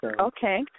Okay